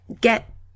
get